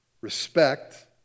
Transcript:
respect